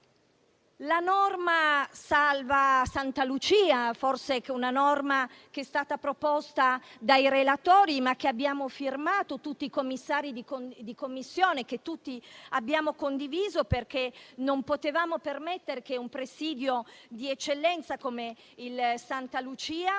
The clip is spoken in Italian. La norma salva Santa Lucia è stata proposta dai relatori, ma l'abbiamo firmata tutti i membri di Commissione, e tutti l'abbiamo condivisa, perché non potevamo permettere che un presidio di eccellenza come il Santa Lucia